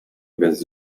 bez